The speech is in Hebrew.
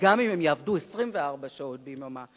גם אם הם יעבדו 24 שעות ביממה.